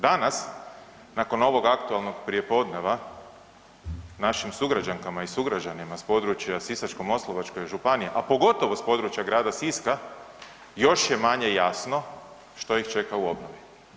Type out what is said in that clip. Danas nakon ovog aktualnog prijepodneva našim sugrađankama i sugrađanima s područja Sisačko-moslavačke županije, a pogotovo s područja Grada Siska još je manje jasno što ih čeka u obnovi.